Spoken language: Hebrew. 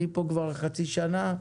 אני פה כבר חצי שנה.